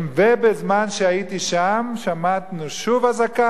ובזמן שהייתי שם שמענו שוב אזעקה,